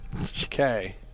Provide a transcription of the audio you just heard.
Okay